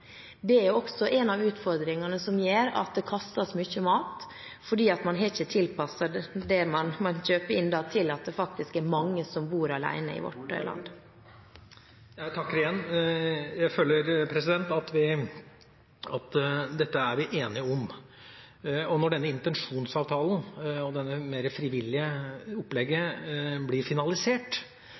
Det er også en av utfordringene som gjør at det kastes mye mat, at man ikke har tilpasset det man kjøper inn, til at det faktisk er mange som bor alene i vårt land. Jeg takker igjen. Jeg føler at dette er vi enige om. Og når denne intensjonsavtalen, og dette mer frivillige opplegget, blir finalisert,